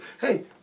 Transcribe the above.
Hey